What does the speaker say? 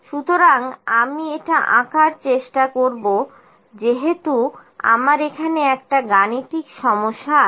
সুতরাং আমি এটা আঁকার চেষ্টা করব যেহেতু আমার এখানে একটা গাণিতিক সমস্যা আছে